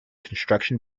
construction